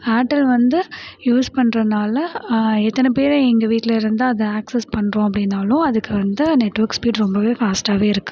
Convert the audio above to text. Airtel வந்து use பண்றதனால எத்தனை பேர் எங்கள் வீட்டில இருந்தால் அதை ஆக்செஸ் பண்ணுறோம் அப்படினாலும் அதுக்கு வந்து நெட்ஒர்க் ஸ்பீடு ரொம்பவே ஃபாஸ்ட்டாகவே இருக்குது